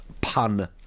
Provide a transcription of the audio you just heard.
pun